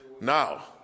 Now